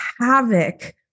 havoc